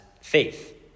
faith